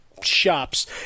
shops